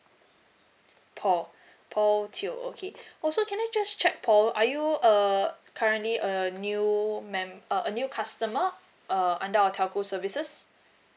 paul paul teo okay also can I just check paul are you err currently a new mem~ uh a new customer uh under our telco services